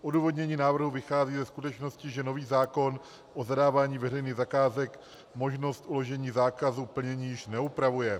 Odůvodnění návrhu vychází ze skutečnosti, že nový zákon o zadávání veřejných zakázek možnost uložení zákazu plnění již neupravuje.